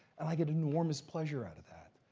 and i get enormous pleasure out of that,